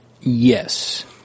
Yes